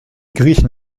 griechen